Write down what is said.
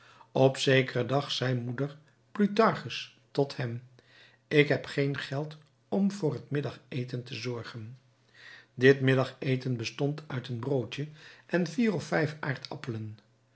op zekeren dag zei moeder plutarchus tot hem ik heb geen geld om voor het middageten te zorgen dit middageten bestond uit een broodje en vier of vijf aardappelen